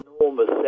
enormous